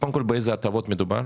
קודם כל באיזה הטבות מדובר,